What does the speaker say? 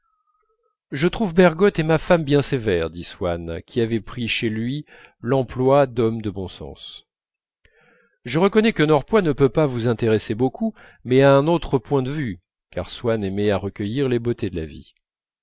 je trouve bergotte et ma femme bien sévères dit swann qui avait pris chez lui l'emploi d'homme de bon sens je reconnais que norpois ne peut pas vous intéresser beaucoup mais à un autre point de vue